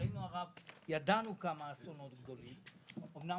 ולצערנו הרב ידענו כמה אסונות גדולים; המדינה